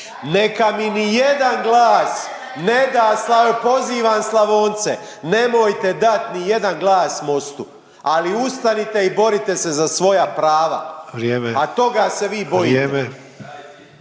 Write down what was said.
Neka mi ni jedan glas ne da, pozivam Slavonce nemojte dat ni jedan glas Mostu, ali ustanite i borite se za svoja prava! …/Upadica